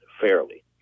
fairly